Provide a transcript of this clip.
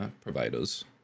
providers